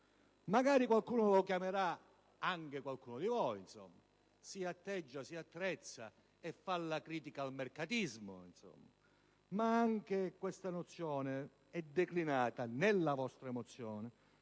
consumare, consumare. Magari qualcuno di voi si atteggia, si attrezza e fa la critica al mercatismo. Ma anche questa nozione è declinata nella vostra mozione